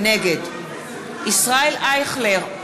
נגד ישראל אייכלר,